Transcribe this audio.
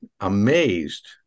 amazed